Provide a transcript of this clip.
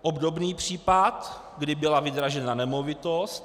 Obdobný případ, kdy byla vydražena nemovitost.